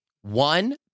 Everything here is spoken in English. one